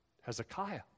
Hezekiah